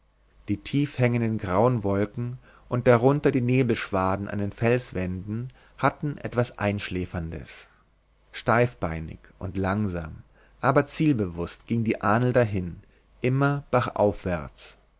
die tief hängenden grauen wolken und darunter die nebelschwaden an den felswänden hatten etwas einschläferndes steifbeinig und langsam aber zielbewußt ging die ahnl dahin immer bachaufwärts